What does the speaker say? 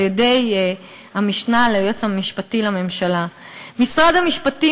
על-ידי המשנה ליועץ המשפטי לממשלה ומשרד המשפטים,